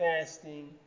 fasting